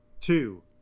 two